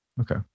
okay